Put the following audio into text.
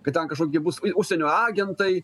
kad ten kažkokie bus užsienio agentai